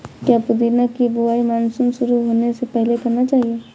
क्या पुदीना की बुवाई मानसून शुरू होने से पहले करना चाहिए?